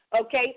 okay